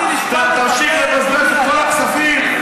תמשיך לבזבז את כל הכספים,